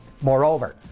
Moreover